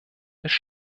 ist